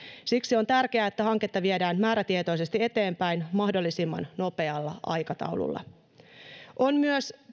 siksi on tärkeää että hanketta viedään määrätietoisesti eteenpäin mahdollisimman nopealla aikataululla positiivista on myös